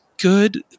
good